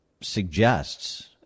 suggests